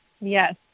Yes